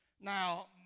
Now